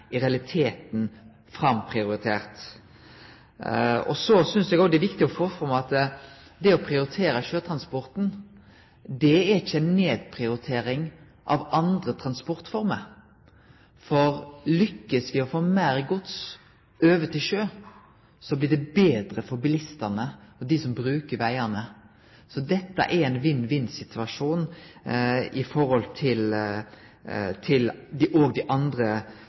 i realiteten framprioritert. Eg synest det er viktig å få fram at det å prioritere sjøtransporten ikkje er ei nedprioritering av andre transportformer. For lykkast me med å få meir gods over til sjø, blir det betre for bilistane og dei som bruker vegane. Så dette er ein vinn-vinn-situasjon i forhold til dei andre